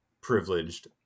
privileged